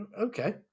okay